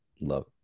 love